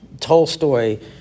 Tolstoy